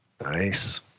nice